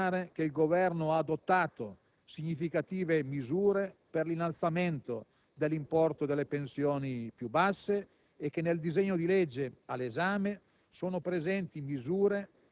Sempre sul versante previdenziale, occorre poi ricordare che il Governo ha adottato significative misure per l'innalzamento dell'importo delle pensioni più basse